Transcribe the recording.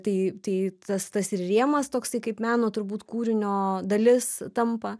tai tai tas tas ir rėmas toksai kaip meno turbūt kūrinio dalis tampa